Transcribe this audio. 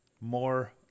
more